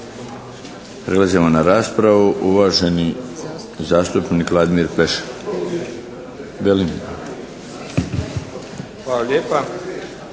Prelazimo na raspravu. Uvaženi zastupnik Velimir Pleša. **Pleša,